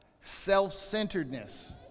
self-centeredness